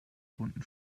bunten